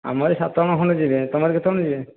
ଆମର ଏଇ ସାତଜଣ ଖଣ୍ଡେ ଯିବେ ତୁମର କେତେଜଣ ଯିବେ